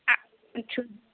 ఉంచు